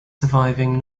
surviving